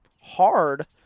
hard